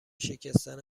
شکستن